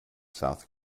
south